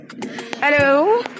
Hello